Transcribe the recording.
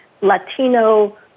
Latino